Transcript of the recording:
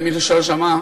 למי שלא שמע,